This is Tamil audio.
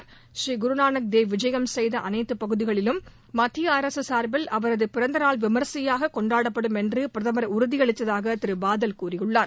பூரீ குருநானக் தேவ் விஜயம் செய்த அனைத்து பகுதிகளிலும் மத்திய அரசு சார்பில் அவரது பிறந்த நாள் விமரிசையாக கொண்டாடப்படும் என்று பிரதமர் உறுதியளித்ததாக திரு பாதல் கூறியுள்ளார்